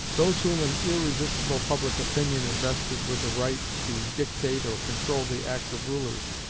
those whom an irresistible public opinion invested with the right to dictate or control the acts of rulers,